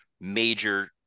major